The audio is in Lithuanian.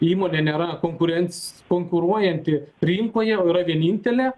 įmonė nėra konkurenc konkuruojanti rinkoje yra vienintelė